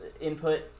input